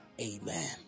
Amen